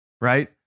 Right